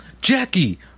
jackie